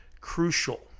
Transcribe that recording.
crucial